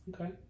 Okay